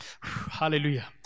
Hallelujah